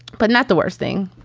but not the worst thing.